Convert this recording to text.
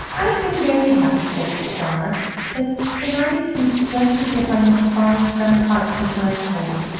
i have been very happy, said the star but to-night it seems just as if i must find some heart to shine for.